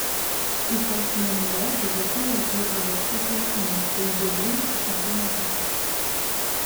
į sostinę nairobį lietuvė atvyko verslo klausimais prieš daugiau nei pusantrų metų